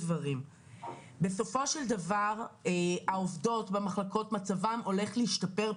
בסופו של דבר, מצב העובדות במחלקות הולך להשתפר,